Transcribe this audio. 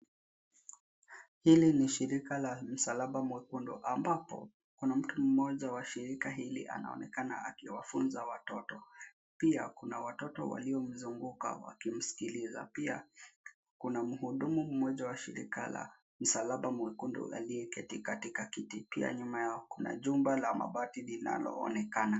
Hili ni shirika la msalaba mwekundu ambapo kuna mtu mmoja wa shirika hili anaonekana akiwafunza watoto. Pia kuna watoto walio mzunguka wakimsikiliza. Pia kuna mhudumu mmoja wa shirika la msalaba mwekundu aiyeketi katika kiti. Pia nyuma yao kuna jumba la mabati linaloonekana.